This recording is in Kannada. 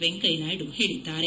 ವೆಂಕಯ್ಯ ನಾಯ್ದು ಹೇಳಿದ್ದಾರೆ